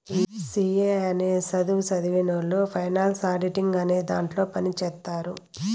C A అనే సధువు సదివినవొళ్ళు ఫైనాన్స్ ఆడిటింగ్ అనే దాంట్లో పని చేత్తారు